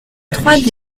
trois